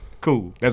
Cool